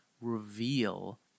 reveal